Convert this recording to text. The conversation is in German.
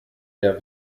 der